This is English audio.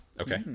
Okay